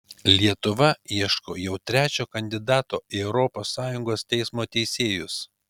lietuva ieško jau trečio kandidato į europos sąjungos teismo teisėjus